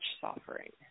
suffering